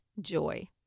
joy